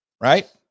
right